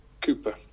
Cooper